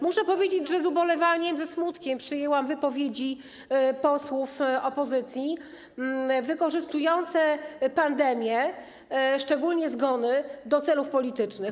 Muszę powiedzieć, że z ubolewaniem, ze smutkiem przyjęłam wypowiedzi posłów opozycji wykorzystujące pandemię, szczególnie zgony, do celów politycznych.